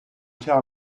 tell